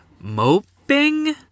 moping